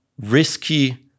risky